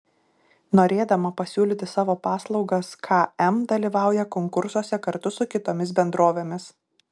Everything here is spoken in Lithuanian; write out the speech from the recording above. norėdama pasiūlyti savo paslaugas km dalyvauja konkursuose kartu su kitomis bendrovėmis